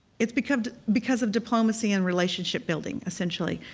it's because because of diplomacy and relationship building, essentially,